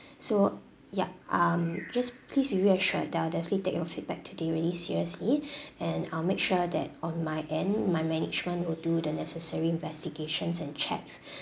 so yup um just please be reassured that I'll definitely take your feedback today really seriously and I'll make sure that on my end my management will do the necessary investigations and checks